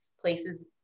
places